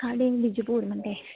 इयै दौ घैंटे